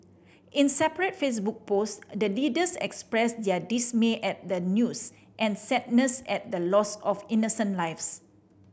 in separate Facebook post the leaders expressed their dismay at the news and sadness at the loss of innocent lives